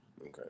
Okay